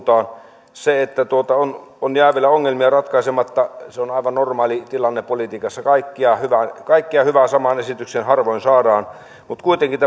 oikeaan suuntaan se että jää vielä ongelmia ratkaisematta on aivan normaali tilanne politiikassa kaikkea hyvää samaan esitykseen harvoin saadaan mutta kuitenkin